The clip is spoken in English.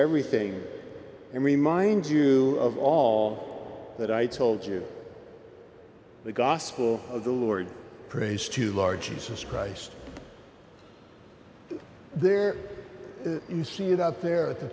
everything and reminds you of all that i told you the gospel of the lord praise two largest christ there you see it out there at the